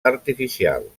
artificial